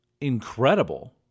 incredible